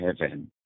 heaven